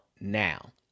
now